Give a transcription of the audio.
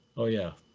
oh yeah,